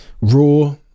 Raw